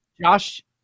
Josh